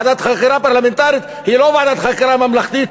ועדת חקירה פרלמנטרית היא לא ועדת חקירה ממלכתית